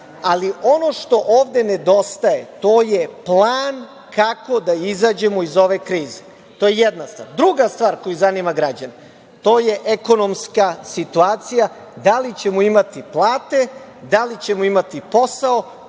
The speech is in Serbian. dana. Ono što ovde nedostaje, to je plan kako da izađemo iz ove krize. To jedna stvar. Druga stvar, koja zanima građane, to je ekonomska situacija, da li ćemo imati plate, da li ćemo imati posao,